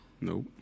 Nope